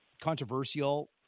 controversial